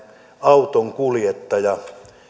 autonkuljettajalta